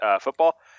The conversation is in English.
football—